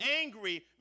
angry